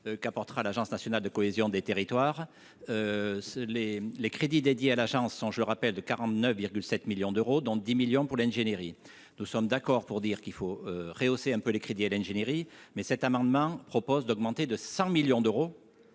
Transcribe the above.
qu'apportera l'agence nationale de cohésion des territoires ce et les crédits dédiés à la chanson, je le rappelle, de 49,7 millions d'euros dans 10 millions pour l'ingénierie, nous sommes d'accord pour dire qu'il faut rehausser un peu les crédits à l'ingénierie mais cet amendement propose d'augmenter de 5 millions d'euros.